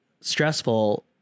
stressful